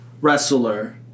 wrestler